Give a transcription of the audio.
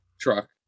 truck